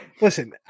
Listen